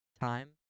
time